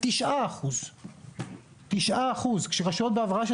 9 אחוזים כאשר רשויות בהבראה,